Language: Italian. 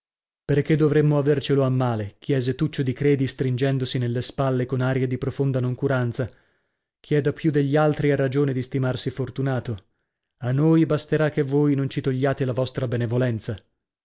perchè dovremmo avercelo a male chiese tuccio di credi stringendosi nelle spalle con aria di profonda noncuranza chi è da più degli altri ha ragione di stimarsi fortunato a noi basterà che voi non ci togliate la vostra benevolenza